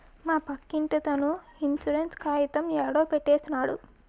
మా పక్కింటతను ఇన్సూరెన్స్ కాయితం యాడో పడేసినాడు